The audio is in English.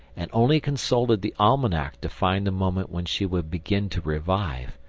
and only consulted the almanac to find the moment when she would begin to revive,